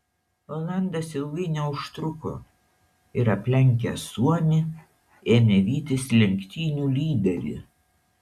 olandas ilgai neužtruko ir aplenkęs suomį ėmė vytis lenktynių lyderį